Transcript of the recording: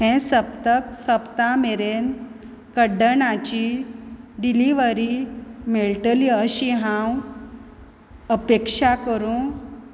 हें सप्तक सोंपता मेरेन कड्डणाची डिलिव्हरी मेळटली अशी हांव अपेक्षा करूं